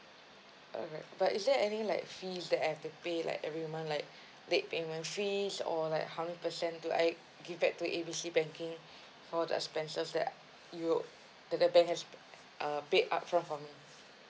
alright but is there any like fees that I have to pay like every month like late payment fee or like how many percent do I give back to A B C banking for the expenses that you that the bank has uh paid upfront for me